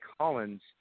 Collins